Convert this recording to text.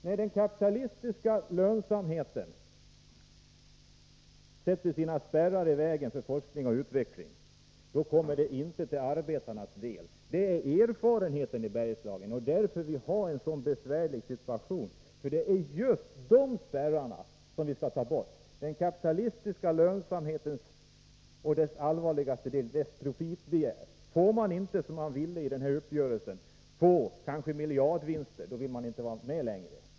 När den kapitalistiska lönsamheten sätter sina spärrar, kommer inte resultaten från forskning och utveckling arbetarna till del. Det är erfarenheten i Bergslagen, och det är anledningen till att vi nu har en så besvärlig situation. Det är just de spärrar som det kapitalistiska lönsamhetskravet och — den allvarligaste spärren — profitbegäret utgör som vi skall ta bort. Eftersom bolagen inte fick som de ville i denna uppgörelse — vinster på kanske miljarder — vill de inte vara med längre.